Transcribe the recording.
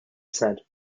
said